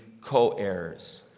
co-heirs